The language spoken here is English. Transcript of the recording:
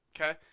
Okay